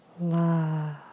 love